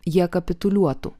jie kapituliuotų